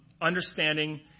understanding